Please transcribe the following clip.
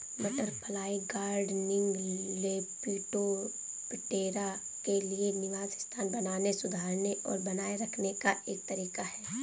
butterfly gardening, Lepidoptera के लिए निवास स्थान बनाने, सुधारने और बनाए रखने का एक तरीका है